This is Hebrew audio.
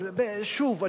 אבל שוב,